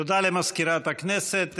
תודה למזכירת הכנסת.